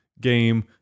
game